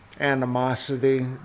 animosity